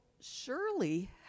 surely